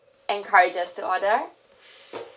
encourage us to order